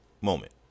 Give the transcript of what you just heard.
moment